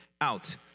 out